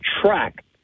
track